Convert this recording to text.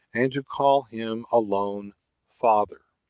and to call him alone father?